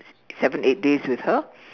seven eight days with her